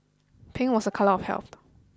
pink was a colour of health